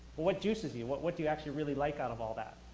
what juices you? what what do you actually really like out of all that?